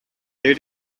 they